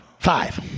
Five